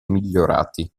migliorati